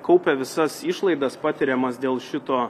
kaupia visas išlaidas patiriamas dėl šito